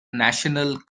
national